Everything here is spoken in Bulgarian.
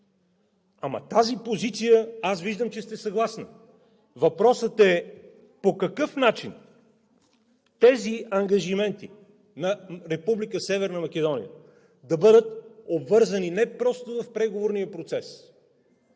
Ама тази позиция – аз виждам, че сте съгласна, въпросът е по какъв начин тези ангажименти на Република Северна Македония да бъдат обвързани не просто в преговорния процес,